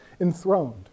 enthroned